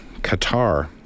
Qatar